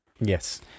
Yes